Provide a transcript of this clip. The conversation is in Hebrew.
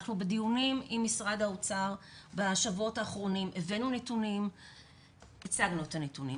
אנחנו בדיונים עם משרד האוצר בשבועות האחרונים והצגנו את הנתונים,